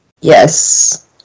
Yes